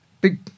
big